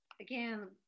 again